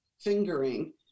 fingering